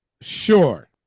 sure